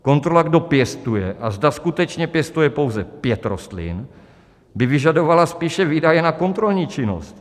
Kontrola, kdo pěstuje a zda skutečně pěstuje pouze pět rostlin, by vyžadovala spíše výdaje na kontrolní činnost.